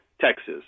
texas